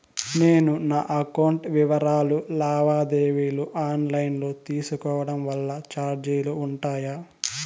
నేను నా అకౌంట్ వివరాలు లావాదేవీలు ఆన్ లైను లో తీసుకోవడం వల్ల చార్జీలు ఉంటాయా?